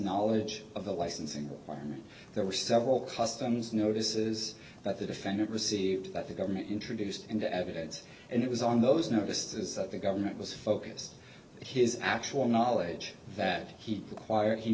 knowledge of the licensing requirements there were several customs notices that the defendant received that the government introduced into evidence and it was on those notices that the government was focused his actual knowledge that he required he